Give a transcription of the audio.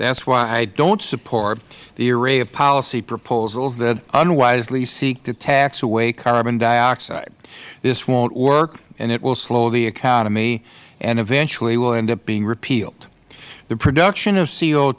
that is why i don't support the array of policy proposals that unwisely seek to tax away carbon dioxide this won't work and it will slow the economy and eventually will end up being repealed the production of c